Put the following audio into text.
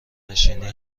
نشینی